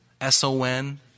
S-O-N